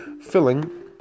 filling